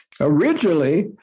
Originally